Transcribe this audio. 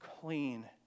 clean